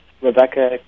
Rebecca